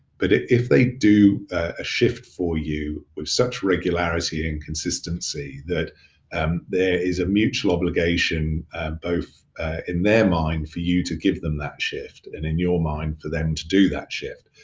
but if if they do a shift for you with such regularity and consistency that um there is a mutual obligation both in their mind for you to give them that shift and in your mind for them to do that shift.